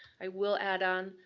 i will add on,